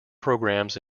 programs